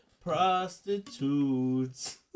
prostitutes